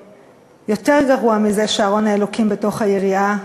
ויותר גרוע מזה שארון האלוקים בתוך היריעה,